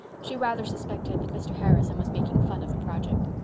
she rather suspected that mr. harrison was making fun of the project.